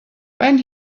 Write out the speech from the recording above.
when